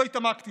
לא התעמקתי,